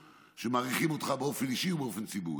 שמעריכים אותך באופן אישי ובאופן ציבורי,